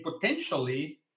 potentially